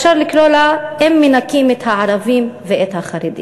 אפשר לקרוא לה: "אם מנכים את הערבים ואת החרדים,